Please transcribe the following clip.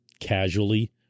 Casually